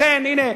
לכן, הנה,